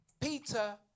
Peter